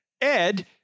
Ed